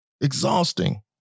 Exhausting